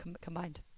combined